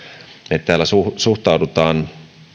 että täällä suhtaudutaan